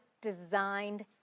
designed